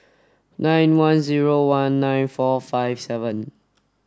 nine one zero one nine four five seven